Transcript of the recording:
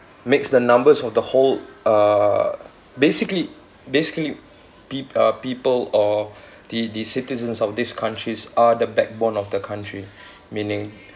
makes the numbers of the whole uh basically basically peo~ uh people or the the citizens of these countries are the backbone of the country meaning